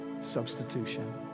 substitution